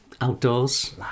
outdoors